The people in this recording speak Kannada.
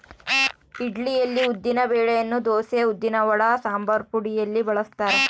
ಇಡ್ಲಿಯಲ್ಲಿ ಉದ್ದಿನ ಬೆಳೆಯನ್ನು ದೋಸೆ, ಉದ್ದಿನವಡ, ಸಂಬಾರಪುಡಿಯಲ್ಲಿ ಬಳಸ್ತಾರ